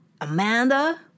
Amanda